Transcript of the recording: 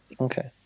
Okay